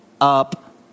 up